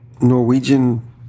Norwegian